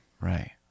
right